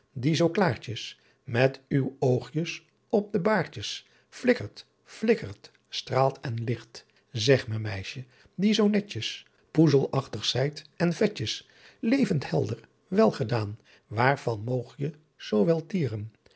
die zoo klaertjes met uw ooghjes op de baertjes flikkert blikkert straelt en licht zeghme meisje die zoo netjes poezelachtig zijt en vetjes levend helder welgedaen waervan mooghje zoowel tieren